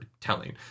telling